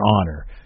honor